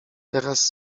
teraz